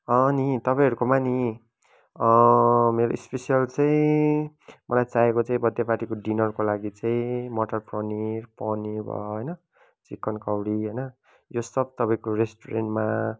अँ नि तपाईँहरकोमा नि मेरो इस्पेसियल चाहिँ मलाई चाहिएको चाहिँ बर्थडे पार्टी डिनरको लागि चाहिँ मटर पनीर पनीर भयो होइन चिकन कौडी होइन यो सब तपाईँको रेस्टुरेन्टमा